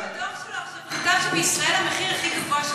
ה-OECD בדוח שלו עכשיו כתב שבישראל המחיר הכי גבוה,